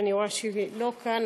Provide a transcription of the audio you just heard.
אבל אני רואה שהיא לא כאן,